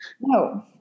No